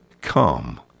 come